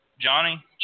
Johnny